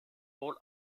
all